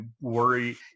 worry